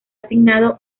asignado